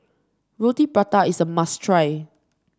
Roti Prata is a must try